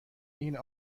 این